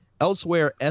Elsewhere